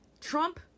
Trump